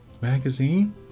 magazine